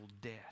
death